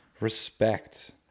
respect